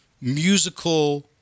musical